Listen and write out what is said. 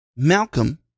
Malcolm